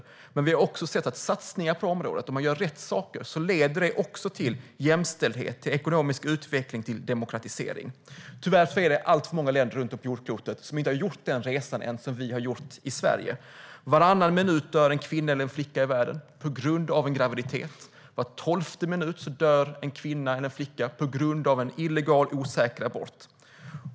Vi har också sett att satsningar på området - om man gör rätt saker - leder till jämställdhet, ekonomisk utveckling och demokratisering. Tyvärr är det alltför många länder på jorden som ännu inte har gjort den resa som vi i Sverige har gjort. Varannan minut dör en kvinna eller en flicka i världen på grund av en graviditet. Var tolfte minut dör en kvinna eller en flicka på grund av en osäker illegal abort.